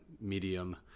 medium